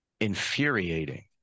infuriating